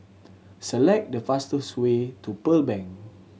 select the fastest way to Pearl Bank